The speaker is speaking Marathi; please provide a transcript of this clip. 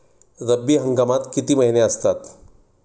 रब्बी हंगामात किती महिने असतात?